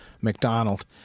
McDonald